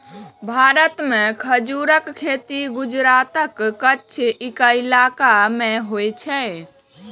भारत मे खजूरक खेती गुजरातक कच्छ इलाका मे होइ छै